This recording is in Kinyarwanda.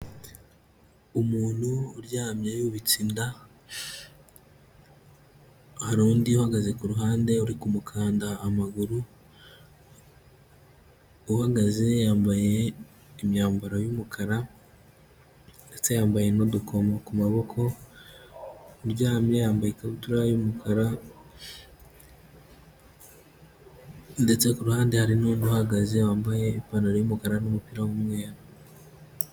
Umuntu uryamye yubitsinda inda, hari undi uhagaze ku ruhande uri mukanda amaguru, uhagaze yambaye imyambaro y'umukara, ndetse yambaye n'udukomo ku maboko, uryamye yambaye ikabutura y'umukara, ndetse kuruhande hari n' uhagaze wambaye ipantaro y'umukara n'umupira w'umweru.